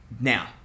Now